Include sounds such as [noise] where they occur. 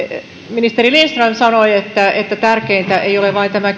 ministeri lindström sanoi että että tärkeintä ei ole vain tämä [unintelligible]